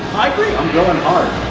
i'm going hard.